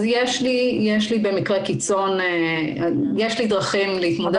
יש לי במקרה קיצון דרכים להתמודד.